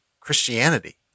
Christianity